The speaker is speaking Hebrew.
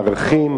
ערכים,